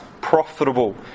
profitable